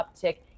uptick